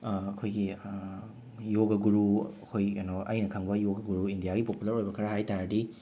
ꯑꯩꯈꯣꯏꯒꯤ ꯌꯣꯒ ꯒꯨꯔꯨ ꯑꯩꯈꯣꯏ ꯀꯩꯅꯣ ꯑꯩꯅ ꯈꯪꯕ ꯌꯣꯒ ꯒꯨꯔꯨ ꯏꯟꯗꯤꯌꯥꯒꯤ ꯄꯣꯄꯨꯂꯔ ꯑꯣꯏꯕ ꯈꯔ ꯍꯥꯏꯕ ꯇꯥꯔꯗꯤ